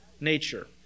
nature